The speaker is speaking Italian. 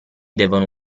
devono